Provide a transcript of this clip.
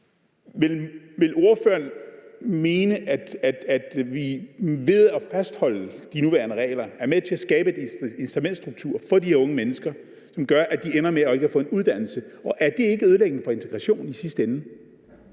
Vil ordføreren mene, at vi ved at fastholde de nuværende regler er med til at skabe en incitamentsstruktur for de her unge mennesker, som gør, at de ender med ikke at få en uddannelse, og er det i sidste ende ikke ødelæggende for integrationen?